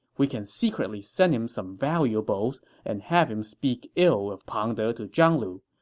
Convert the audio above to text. we can secretly send him some valuables and have him speak ill of pang de to zhang lu.